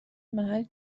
محل